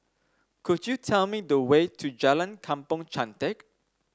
could you tell me the way to Jalan Kampong Chantek